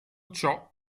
ciò